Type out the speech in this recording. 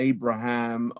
Abraham